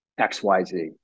xyz